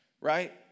right